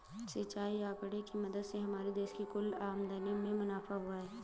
सिंचाई आंकड़े की मदद से हमारे देश की कुल आमदनी में मुनाफा हुआ है